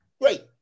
Great